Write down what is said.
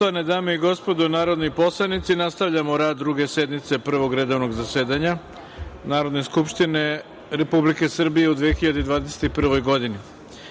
Poštovane dame i gospodo narodni poslanici, nastavljamo rad Druge sednice Prvog redovnog zasedanja Narodne skupštine Republike Srbije u 2021. godini. Na